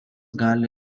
gali